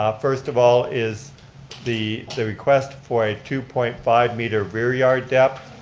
um first of all is the the request for a two point five meter rear yard depth